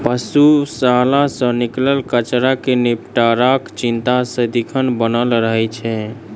पशुशाला सॅ निकलल कचड़ा के निपटाराक चिंता सदिखन बनल रहैत छै